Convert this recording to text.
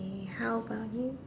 K how about you